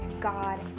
God